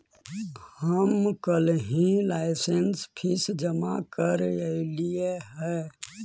हम कलहही licence fee जमा करयलियइ हे